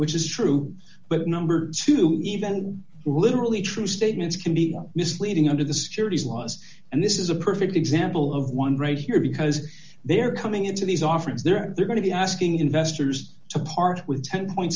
which is true but number two even literally true statements can be misleading under the securities laws and this is a perfect example of one right here because they're coming into these offerings they're going to be asking investors to part with ten